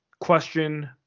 question